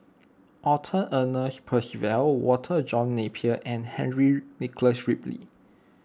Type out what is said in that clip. Arthur Ernest Percival Walter John Napier and Henry Nicholas Ridley